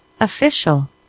official